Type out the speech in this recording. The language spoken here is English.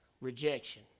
rejection